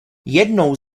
jednou